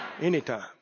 Anytime